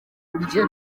kurya